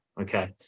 Okay